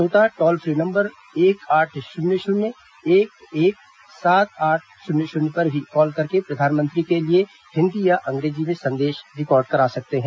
श्रोता toll free number एक आठ शून्य शून्य एक एक सात आठ शून्य शून्य पर भी कॉल करके प्रधानमंत्री के लिए हिंदी या अंग्रेजी में संदेश रिकॉर्ड करा सकते हैं